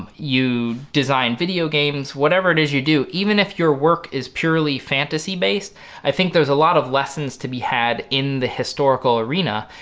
you design video games, whatever it is you do even if your work is purely fantasy based i think there's a lot of lessons to be had in the historical arena.